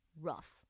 Rough